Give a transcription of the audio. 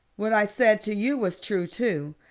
what i said to you was true, too,